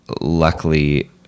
Luckily